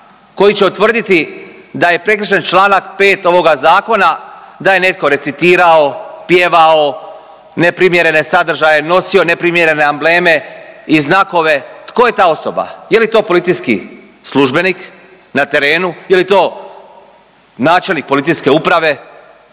koji će utvrditi da je prekršen Članak 5. ovoga zakona da je netko recitirao, pjevao neprimjerene sadržaje, nosio neprimjerene ambleme i znakove, tko je ta osoba? Je li to policijski službenik na terenu, je li to načelnik policijske uprave?